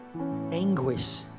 anguish